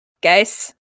guys